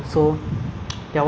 so I think that is something that